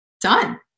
Done